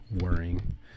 worrying